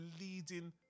leading